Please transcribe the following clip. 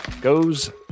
Goes